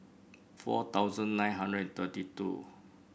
four thousand nine hundred and thirty two